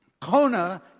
Kona